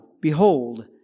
behold